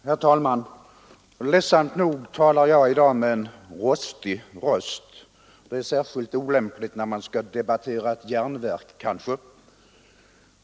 Herr talman! Ledsamt nog talar jag i dag med en rostig röst — det är kanske särskilt olämpligt när man skall debattera ett järnverk.